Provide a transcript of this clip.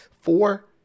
four